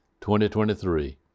2023